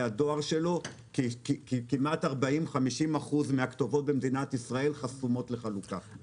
הדואר שלו כי כמעט 40% 50% מן הכתובות במדינת ישראל חסומות לחלוקה.